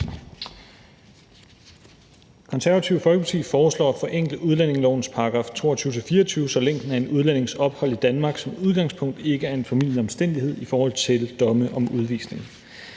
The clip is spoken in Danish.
Konservative Folkeparti foreslår at forenkle udlændingelovens §§ 22-24, så længden af en udlændings ophold i Danmark som udgangspunkt ikke er en formildende omstændighed i forhold til domme om udvisning.